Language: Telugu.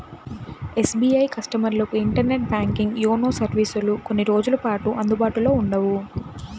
ఎస్.బీ.ఐ కస్టమర్లకు ఇంటర్నెట్ బ్యాంకింగ్, యోనో సర్వీసులు కొన్ని రోజుల పాటు అందుబాటులో ఉండవు